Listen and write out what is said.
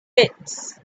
pits